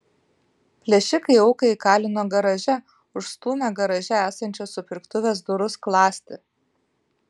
plėšikai auką įkalino garaže užstūmę garaže esančios supirktuvės durų skląstį